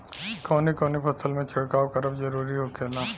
कवने कवने फसल में छिड़काव करब जरूरी होखेला?